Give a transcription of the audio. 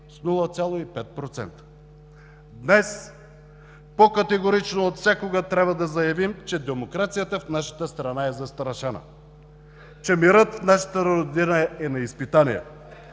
с 0,5%. Днес, по-категорично от всякога трябва да заявим, че демокрацията в нашата страна е застрашена, че мирът в нашата родина е на изпитание.